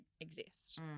exist